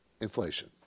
inflation